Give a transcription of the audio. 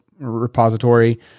repository